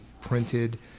printed